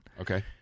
Okay